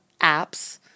apps